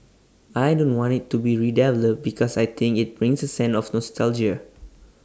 I don't want IT to be redeveloped because I think IT brings A sense of nostalgia